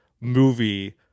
movie